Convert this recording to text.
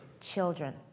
Children